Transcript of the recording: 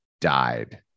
died